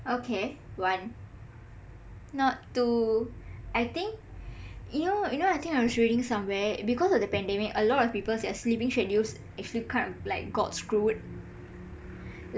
okay one not two I think you know you know I think I'm showing somewhere because of the pandemic alot of people their sleeping schedules actually kind of like got screwed